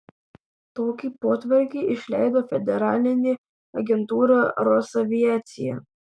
tokį potvarkį išleido federalinė agentūra rosaviacija